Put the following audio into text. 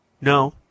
No